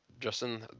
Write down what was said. Justin